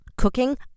Cooking